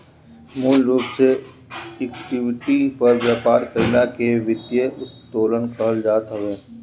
मूल रूप से इक्विटी पर व्यापार कईला के वित्तीय उत्तोलन कहल जात हवे